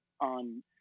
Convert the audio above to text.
on